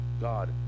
God